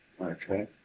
Okay